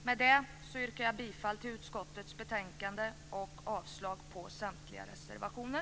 Med detta yrkar jag bifall till utskottets förslag i betänkandet och avslag på samtliga reservationer.